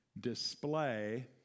display